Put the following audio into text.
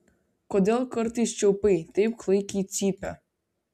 kodėl kartais čiaupai taip klaikiai cypia